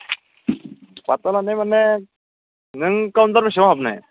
पात्ता लानाय माने नों काउन्टारनि सिङाव हाबनाय